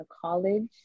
college